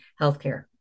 healthcare